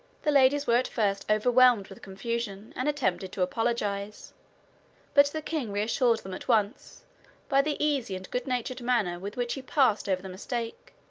the ladies were at first overwhelmed with confusion, and attempted to apologize but the king reassured them at once by the easy and good-natured manner with which he passed over the mistake,